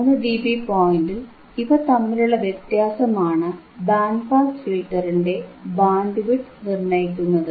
3ഡിബി പോയിന്റിൽ ഇവ തമ്മിലുള്ള വ്യത്യാസമാണ് ബാൻഡ് പാസ് ഫിൽറ്ററിന്റെ ബാൻഡ് വിഡ്ത് നിർണയിക്കുന്നത്